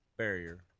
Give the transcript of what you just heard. barrier